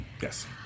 Yes